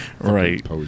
Right